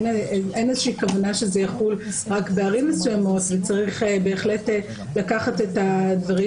אין איזושהי כוונה שזה יחול רק בערים מסוימות וצריך בהחלט לקחת את הדברים